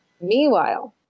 Meanwhile